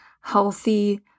healthy